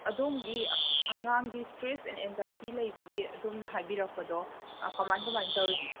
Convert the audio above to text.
ꯑꯗꯣꯝꯒꯤ ꯑꯉꯥꯡꯒꯤ stress and anxiety ꯂꯩꯕꯒꯤ ꯑꯗꯣꯝꯅ ꯍꯥꯏꯕꯤꯔꯛꯄꯗꯣ ꯀꯃꯥꯏꯅ ꯀꯃꯥꯏꯅ ꯇꯧꯔꯤꯅꯣ